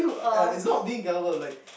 ya it's not being gullible like